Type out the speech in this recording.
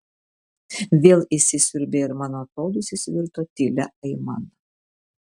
vėl įsisiurbė ir mano atodūsis virto tylia aimana